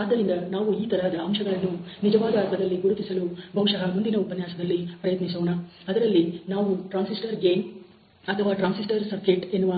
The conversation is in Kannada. ಆದ್ದರಿಂದ ನಾವು ಈ ತರದ ಅಂಶಗಳನ್ನುನಿಜವಾದ ಅರ್ಥದಲ್ಲಿ ಗುರುತಿಸಲು ಬಹುಶಃ ಮುಂದಿನ ಉಪನ್ಯಾಸದಲ್ಲಿ ಪ್ರಯತ್ನಿಸೋಣ ಅದರಲ್ಲಿ ನಾನು ಟ್ರಾನ್ಸಿಸ್ಟರ್ ಗೇನ್ ಅಥವಾ ಟ್ರಾನ್ಸಿಸ್ಟರ್ ಸರ್ಕಿಟ್ ಎನ್ನುವ